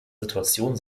situation